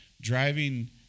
driving